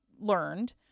learned